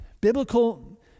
Biblical